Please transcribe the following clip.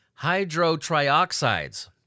Hydrotrioxides